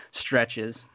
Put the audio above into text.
stretches